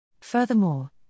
Furthermore